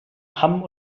hamm